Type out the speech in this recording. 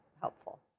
helpful